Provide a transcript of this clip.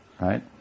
right